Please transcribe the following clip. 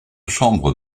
chambre